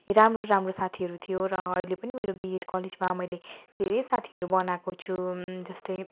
राम्रो राम्रो साथीहरू थियो र अहिले पनि मैले बिएड कलेजमा मैले धेरै साथीहरू बनाएको छु जस्तै